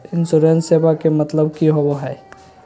इंसोरेंसेबा के मतलब की होवे है?